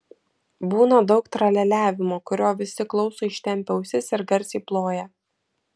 būna daug tralialiavimo kurio visi klauso ištempę ausis ir garsiai ploja